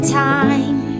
time